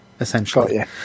essentially